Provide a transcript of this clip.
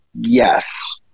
yes